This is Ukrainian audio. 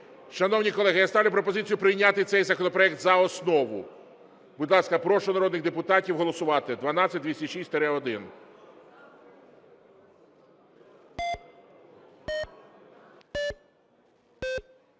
Шановні колеги, я ставлю пропозицію прийняти цей законопроект за основу. Будь ласка, прошу народних депутатів голосувати. 12206-1.